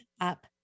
Up